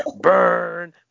Burn